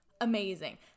Amazing